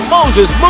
Moses